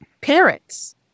parents